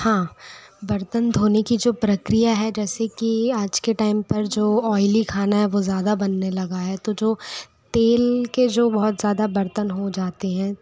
हाँ बर्तन धोने की जो प्रक्रिया है जैसे कि आज के टाइम पर जो ऑयली खाना है वो ज़्यादा बनने लगा है तो जो तेल के जो बहुत ज़्यादा बर्तन हो जाते हैं